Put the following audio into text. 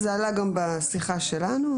זה עלה גם בשיחה שלנו.